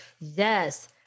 Yes